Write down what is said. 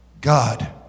God